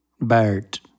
Bert